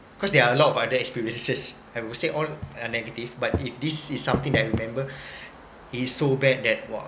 cause there are a lot of other experiences I would say all uh negative but if this is something that I remember it's so bad that !wah!